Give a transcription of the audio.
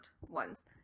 ones